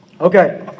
Okay